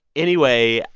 anyway,